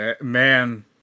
Man